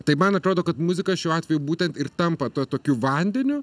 tai man atrodo kad muzika šiuo atveju būtent ir tampa tuo tokiu vandeniu